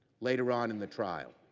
later on in the trial.